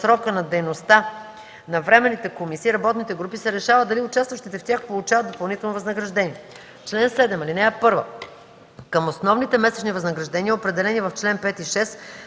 срока на дейността на временните комисии и работните групи се решава дали участващите в тях получават допълнително възнаграждение. Чл. 7. (1) Към основните месечни възнаграждения, определени в чл. 5 и 6,